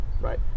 right